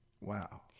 Wow